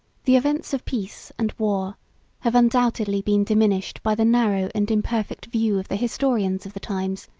the events of peace and war have undoubtedly been diminished by the narrow and imperfect view of the historians of the times,